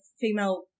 female